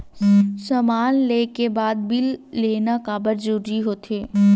समान ले के बाद बिल लेना काबर जरूरी होथे?